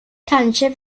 kanske